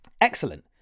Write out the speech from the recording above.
Excellent